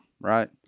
right